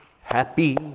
happy